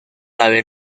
haber